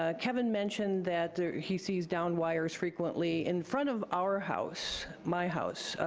ah kevin mentioned that he sees downed wires frequently. in front of our house, my house,